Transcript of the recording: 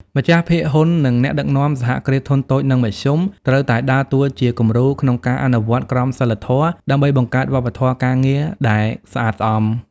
ម្ចាស់ភាគហ៊ុន និងអ្នកដឹកនាំ សហគ្រាសធុនតូច និងមធ្យម ត្រូវតែដើរតួជាគំរូក្នុងការអនុវត្តក្រមសីលធម៌ ដើម្បីបង្កើតវប្បធម៌ការងារដែលស្អាតស្អំ។